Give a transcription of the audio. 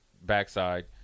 backside